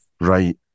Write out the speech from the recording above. Right